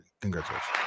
Congratulations